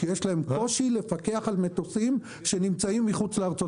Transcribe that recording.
שיש להם קושי לפקח על מטוסים שנמצאים מחוץ לארצות הברית.